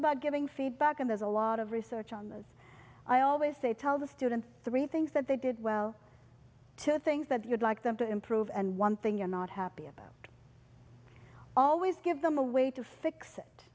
about giving feedback and there's a lot of research on this i always say tell the students three things that they did well two things that you'd like them to improve and one thing you're not happy about i always give them a way to fix it